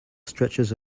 stretches